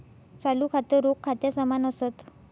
चालू खातं, रोख खात्या समान असत